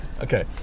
Okay